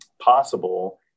possible